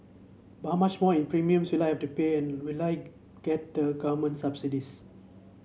but how much more in premiums will I have to pay and will I get the government subsidies